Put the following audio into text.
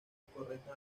incorrecto